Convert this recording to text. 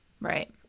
right